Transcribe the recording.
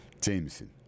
Jameson